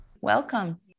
Welcome